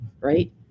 right